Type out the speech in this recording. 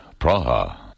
Praha. (